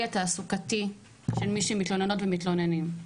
התעסוקתי של מי שמתלוננות ומתלוננים.